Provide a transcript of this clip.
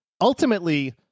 ultimately